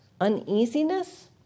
uneasiness